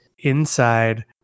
inside